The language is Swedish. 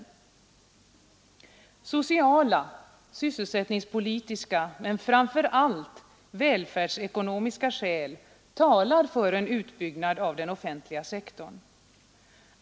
Sociala, sysselsättningspolitiska men framför allt välfärdsekonomiska skäl talar för en utbyggnad av den offentliga sektorn.